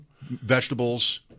Vegetables